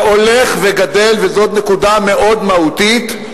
שהולך וגדל, וזאת נקודה מאוד מהותית,